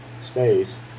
space